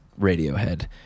Radiohead